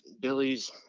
Billy's